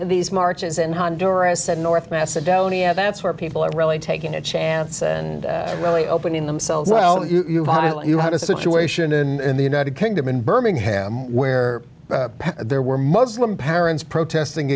these marches in honduras and north macedonia that's where people are really taking a chance and really opening themselves well you've obviously you had a situation in the united kingdom in birmingham where there were muslim parents protesting